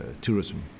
tourism